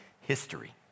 history